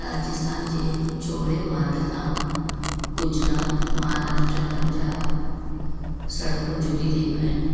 राजस्थान जे चौड़े मार्ग था गुजरात महाराष्ट्र पंजाब सड़कूं जुड़ी रहियूं आहिनि